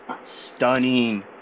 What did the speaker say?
stunning